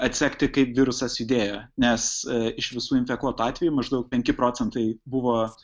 atsekti kaip virusas judėjo nes iš visų infekuotų atvejų maždaug penki procentai buvo